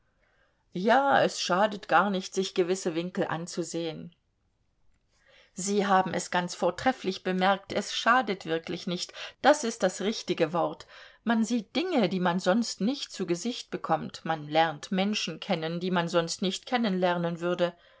ja es schadet gar nicht sich gewisse winkel anzusehen sie haben es ganz vortrefflich bemerkt es schadet wirklich nicht das ist das richtige wort man sieht dinge die man sonst nicht zu gesicht bekommt man lernt menschen kennen die man sonst nicht kennenlernen würde